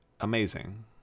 amazing